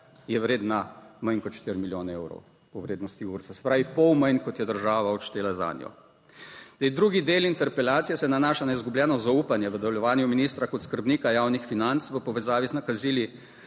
je vredna manj kot štiri milijone evrov po vrednosti GURS(?), se pravi pol manj, kot je država odštela zanjo. Zdaj, drugi del interpelacije se nanaša na izgubljeno zaupanje v delovanju ministra kot skrbnika javnih financ v povezavi z nakazili